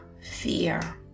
fear